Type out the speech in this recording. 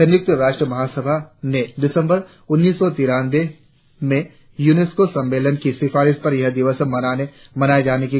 संयुक्त राष्ट्र महासभा ने दिसंबर उन्नीस सौ तिरानवें में यूनेस्कों सम्मेलन की सिफारिश पर यह दिवस मनाये जाने की घोषणा क थी